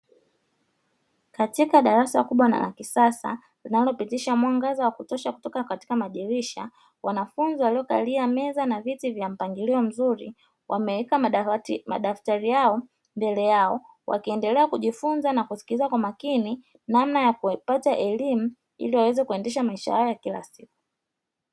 Katika darasa kubwa na la kisasa linalopitisha mwangaza wa kutosha kutoka katika madirisha. Wanafunzi waliokalia meza na viti vya mpangilio mzuri wameweka madaftari yao mbele yao, wakiendelea kujifunza na kusikiliza kwa makini namna ya kupata elimu ili waweze kuendesha maisha yao ya kila siku.